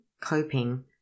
coping